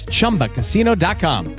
Chumbacasino.com